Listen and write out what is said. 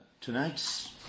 Tonight's